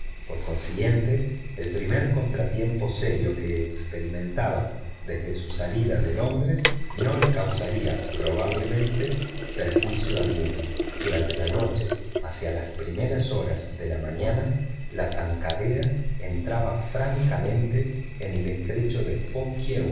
por consiguiente el primer contratiempo serio que experimentaba desde su salida de londres no le causaría probablemente perjuicio alguno durante la noche hacia las primeras horas de la mañana la tankadera entraba francamente en el estrecho de